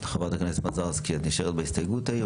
חברת הכנסת מזרסקי, את נשארת בהסתייגות ההיא?